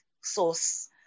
source